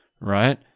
right